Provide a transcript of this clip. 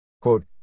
Quote